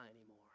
anymore